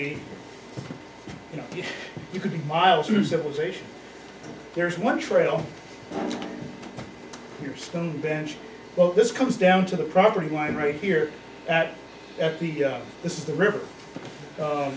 be you know you could be miles from civilization there's one trail here stone bench well this comes down to the property line right here that this is the river